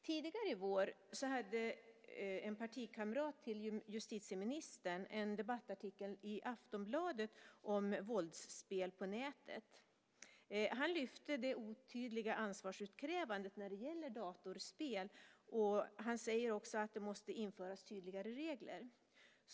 Tidigare i vår hade en partikamrat till justitieministern en debattartikel i Aftonbladet om våldsspel på nätet. Han lyfte fram det otydliga ansvarsutkrävandet när det gäller datorspel och säger att det måste införas tydligare regler.